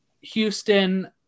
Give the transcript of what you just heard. Houston